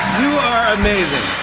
you are amazing.